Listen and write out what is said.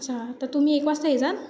अच्छा तर तुम्ही एक वाजता येजाल